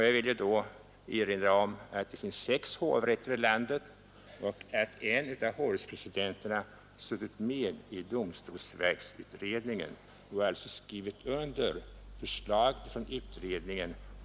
Jag vill då erinra om att det finns sex hovrätter i landet och att en av hovrättspresidenterna suttit med i domstolsverksutredningen och alltså skrivit under förslaget om ett domstolsverk.